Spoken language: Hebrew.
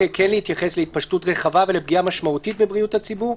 ל"התפשטות רחבה ולפגיעה משמעותית בבריאות הציבור",